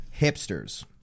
Hipsters